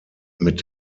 mit